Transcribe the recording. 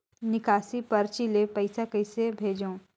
निकासी परची ले पईसा कइसे भेजों?